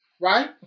right